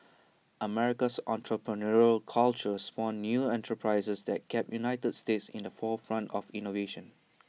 America's entrepreneurial culture spawned new enterprises that kept the united states in the forefront of innovation